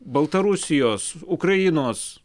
baltarusijos ukrainos